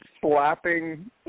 slapping